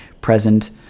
present